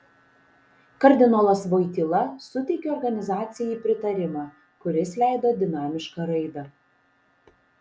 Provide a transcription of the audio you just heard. kardinolas voityla suteikė organizacijai pritarimą kuris leido dinamišką raidą